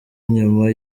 nyuma